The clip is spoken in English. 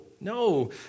no